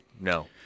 No